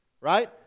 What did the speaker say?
right